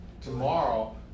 Tomorrow